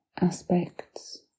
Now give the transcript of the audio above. aspects